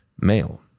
male